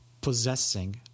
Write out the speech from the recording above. possessing